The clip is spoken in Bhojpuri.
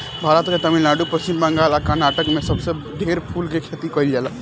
भारत के तमिलनाडु, पश्चिम बंगाल आ कर्नाटक में सबसे ढेर फूल के खेती कईल जाला